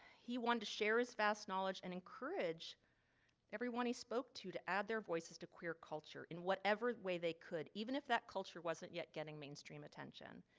he wanted to share his vast knowledge and encourage everyone he spoke to to add their voices to queer culture in whatever way they could, even if that culture wasn't yet getting mainstream attention.